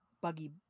buggy